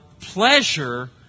pleasure